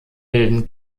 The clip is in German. bilden